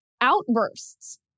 outbursts